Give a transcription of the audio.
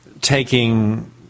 taking